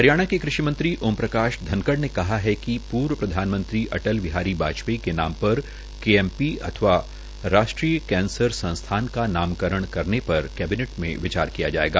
हरियाणा के कृषि मंत्री ओम प्रकाश धनखड़ ने कहा है कि पूर्व प्रधानमंत्री अटल बिहारी वाजपेयी के नाम पर केएमपी अथवा राष्ट्रीय कैंसर संस्थान का नामकरण करने पर कैबिनेट मे विचार किया जायेगा